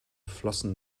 flossen